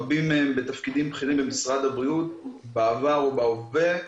רבים מהם בתפקידים בכירים במשרד הבריאות בעבר ובהווה.